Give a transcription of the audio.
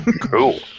cool